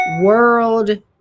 World